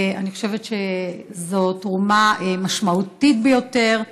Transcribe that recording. אני חושבת שזאת תרומה משמעותית ביותר,